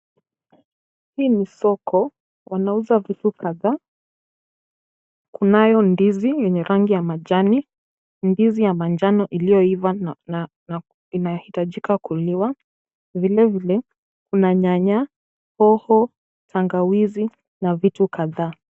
Hii ni soko. Wanauza vitu kadhaa. Kunayo ndizi yenye rangi ya majani, ndizi ya manjano iliyoiva na inahitajika kuliwa . Vilevile, kuna nyanya, hoho, tangawizi na vitu kadhaa.